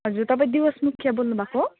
हजुर तपाईँ दिवस मुखिया बोल्नुभएको हो